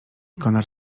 konar